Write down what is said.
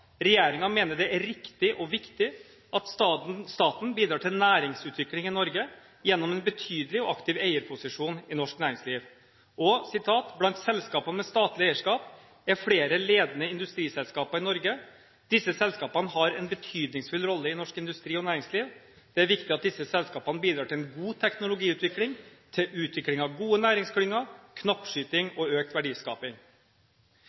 mener det er riktig og viktig at staten bidrar til næringsutvikling i Norge gjennom en betydelig og aktiv eierposisjon i norsk næringsliv.» Og videre: «Blant selskapene med statlig eierskap er flere ledende industriselskaper i Norge. Disse selskapene har en betydningsfull rolle i norsk industri og næringsliv. Det er viktig at disse selskapene bidrar til en god teknologiutvikling, til utviklingen av gode næringsklynger,